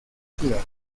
ciudad